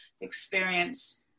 experience